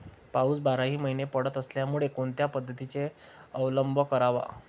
पाऊस बाराही महिने पडत असल्यामुळे कोणत्या पद्धतीचा अवलंब करावा?